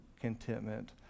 contentment